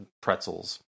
pretzels